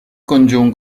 conjunt